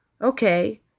Okay